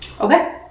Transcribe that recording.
Okay